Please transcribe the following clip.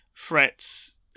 threats